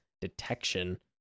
detection